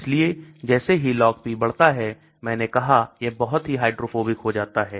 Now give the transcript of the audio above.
इसलिए जैसे ही LogP बढ़ता है मैंने कहा यह बहुत ही हाइड्रोफोबिक हो जाता है